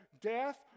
death